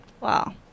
Wow